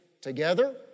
together